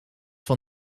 van